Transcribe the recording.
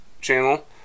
channel